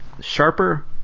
sharper